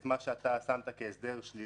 את מה ששמת כהסדר שלילי